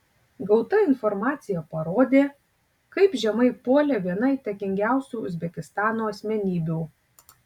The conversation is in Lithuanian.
gauta informacija parodė kaip žemai puolė viena įtakingiausių uzbekistano asmenybių